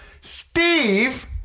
Steve